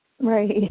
Right